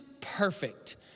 perfect